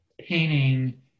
painting